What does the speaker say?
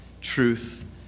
truth